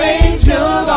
angel